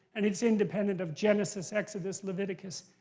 and it's independent of genesis, exodus, leviticus,